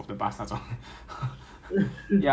不要搞到 like I mean 有些人会